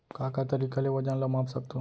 का का तरीक़ा ले वजन ला माप सकथो?